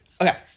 okay